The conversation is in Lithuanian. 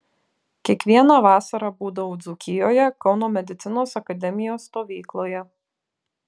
kiekvieną vasarą būdavau dzūkijoje kauno medicinos akademijos stovykloje